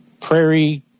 prairie